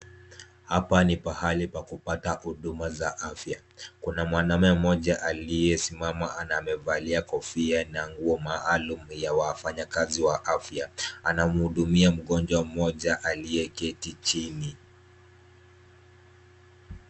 Hapa ni pahali pa kupata huduma za afya. Kuna mwanaume mmoja aliyesimama na amevalia kofia na nguo maalum ya wafanyakazi wa afya. Anamhudumia mgonjwa mmoja aliyeketi chini.